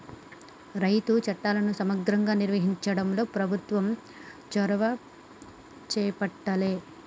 రైతు చట్టాలను సమగ్రంగా నిర్వహించడంలో ప్రభుత్వం చొరవ చేపట్టాలె